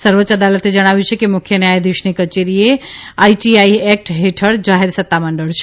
સર્વોચ્ય અદાલતે જણાવ્યું છે કે મુખ્ય ન્યાયાધીશની કચેરી એ આઇટીઆઇ એકટ હેઠળ જાહેર સત્તામંડળ છે